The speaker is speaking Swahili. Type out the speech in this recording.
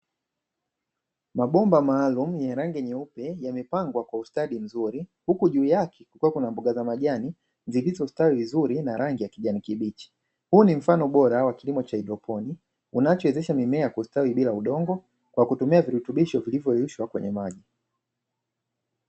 Mabomba maalumu yenye rangi nyeupe yakiwa yamepangwa kwa ustadi mzuri huku juu yake kukiwa na mboga za majani zilizostawi vuzuri na rangi ya kijani kibichi, huu ni mfano bora wa kilimo cha haidroponi unachowezesha mimea kustawi bila udongo kwa kutumia virutubisho vilivyo yeyushwa kwenye maji.